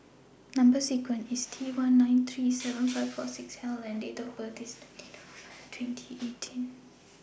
Number sequence IS T one nine three seven five four six L and Date of birth IS twenty November two thousand and eighteen